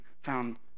found